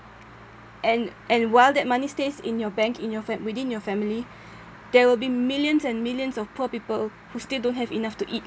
and and while that money stays in your bank in your fami~ within your family there will be millions and millions of poor people who still don't have enough to eat